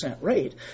rate